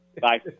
Bye